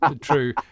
True